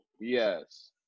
Yes